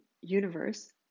universe